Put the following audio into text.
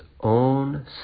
own